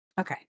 Okay